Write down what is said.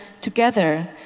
together